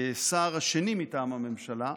כשר השני מטעם הממשלה,